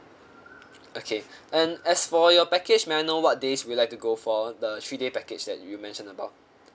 okay and as for your package may I know what days would you like to go for the three day package that you mention about